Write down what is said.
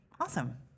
awesome